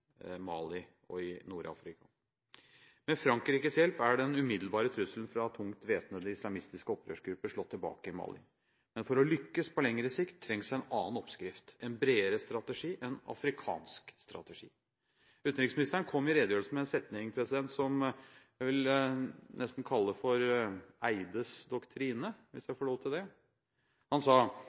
Mali og i Nord-Afrika. Med Frankrikes hjelp er den umiddelbare trusselen fra tungt væpnede islamistiske opprørsgrupper slått tilbake i Mali. Men for å lykkes på lengre sikt trengs en annen oppskrift – en bredere strategi, en afrikansk strategi. Utenriksministeren kom i redegjørelsen med en setning som jeg nesten vil kalle «Eides doktrine» – hvis jeg får lov til det. Han sa: